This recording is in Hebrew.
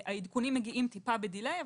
הדיווחים מגיעים טיפה בדיליי,